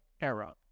era